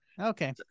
Okay